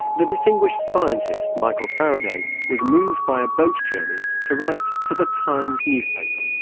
the distinguished scientist, michael faraday, was moved by a boat journey to write to the times newspaper.